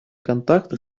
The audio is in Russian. контакты